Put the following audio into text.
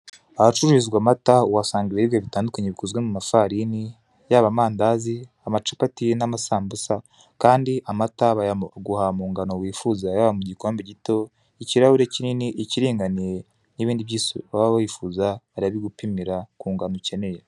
Ahacururizwa amata uhasanga ibiribwa bitandukanye bikozwe mu mafarini yaba amandazi, amacapati n'amasambuza kandi amata bayaguha mu ngano wifuza yaba mu gikombe gito ikirahure kinini ikiringaniye nibindi byose waba wifuza barabigupimira ku ngano ukeneye.